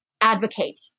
advocate